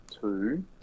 two